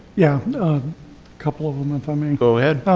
yeah, a couple of em if i may. go ahead.